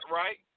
right